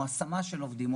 השמה של עובדים,